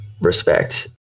respect